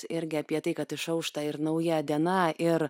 irgi apie tai kad išaušta ir nauja diena ir